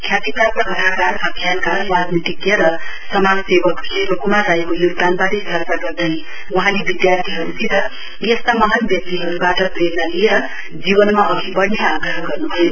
ख्यातिप्राप्त कथाकार आख्यानकार राजनीति र समाजसेवक शिवकुमार राईको योगदानबारे चर्चा गर्दै वहाँले विद्यार्थीहरूसित यस्ता महान व्यक्तिहरूबाट प्रेरणा लिएर जीवनमा अघि बढ़ने आग्रह गर्नुभयो